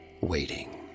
waiting